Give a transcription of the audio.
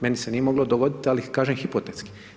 Meni se nije moglo dogoditi ali kažem hipotetski.